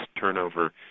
turnover